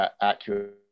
accurate